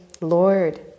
Lord